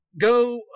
go